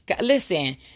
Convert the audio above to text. Listen